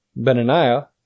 Benaniah